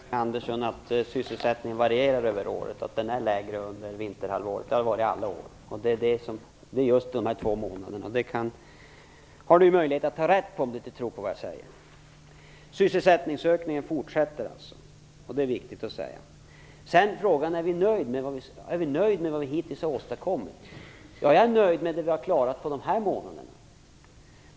Herr talman! Det är faktiskt så, Elving Andersson, att sysselsättningen varierar under året. Den är lägre under vinterhalvåret. Så har det varit under alla år under just dessa två månader. Det har Elving Andersson möjlighet att ta reda på, om han inte tror på vad jag säger. Sysselsättningen fortsätter alltså att öka, vilket är viktigt. Är jag nöjd med vad vi hittills har åstadkommit? Ja, jag är nöjd med det vi har klarat av under de här månaderna.